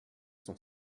son